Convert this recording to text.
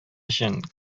өчен